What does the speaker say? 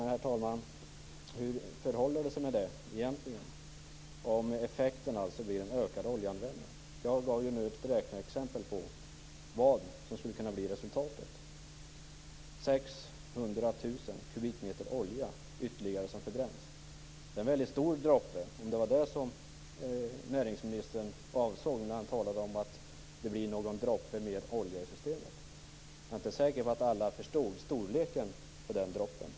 Men, herr talman, hur förhåller det sig med det egentligen, om nu effekten blir en ökad oljeanvändning? Jag gav ju ett räkneexempel på vad som skulle kunna bli resultatet: 600 000 kubikmeter olja ytterligare som förbränns. Det är en väldigt stor droppe, om det nu var det som näringsministern avsåg när han talade om att det blir någon droppe mer olja i systemet. Jag är inte säker på att alla förstod storleken på den droppen.